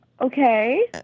Okay